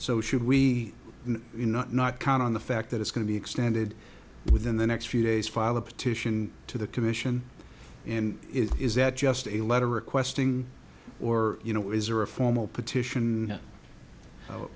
so should we not count on the fact that it's going to be extended within the next few days file a petition to the commission and is that just a letter requesting or you know is or a formal petition